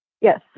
Yes